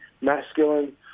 Masculine